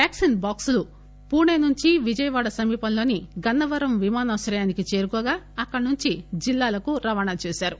vaccine బాక్పులు పూణె నుంచి విజయవాడ సమీపంలోని గన్నవరం విమానాశ్రయానికి చేరుకోగా అక్కడి నుంచి జిల్లాలకు రవాణా చేశారు